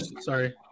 Sorry